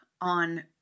on